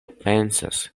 pensas